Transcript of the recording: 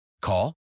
Call